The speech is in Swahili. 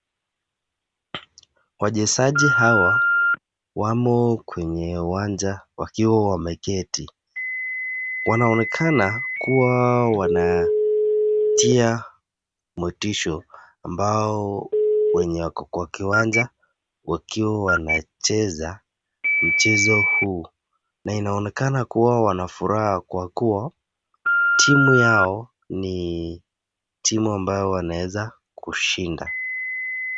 Wachezaji hawa wamo kwenye uwanja wakiwa wameketi wanaonekana kuwa wanatia motisha ambao wako kwenye kiwanja wakiwa wanacheza mchezo huu na inaonekana kuwa wao wana furaha kwa kuwa timu yao ni timu ambayo wanaweza kushinda.